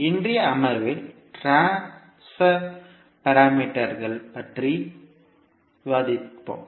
இன்றைய அமர்வில் ட்ரான்ஸ்பர் பாராமீட்டர்கள் பற்றி விவாதிப்போம்